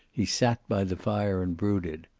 he sat by the fire and brooded.